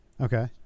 Okay